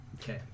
Okay